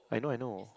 I know I know